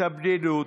את הבדידות,